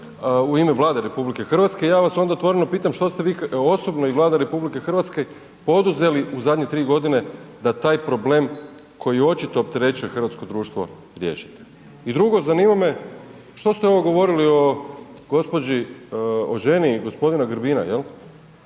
u ime Vlade RH, ja vas onda otvoreno pitam što ste vi osobno i Vlada RH poduzeli u zadnje 3.g. da taj problem koji očito opterećuje hrvatsko društvo riješite? I drugo zanima me što ste ovo govorili o gđi., o ženi g. Grbina jel,